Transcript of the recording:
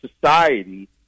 society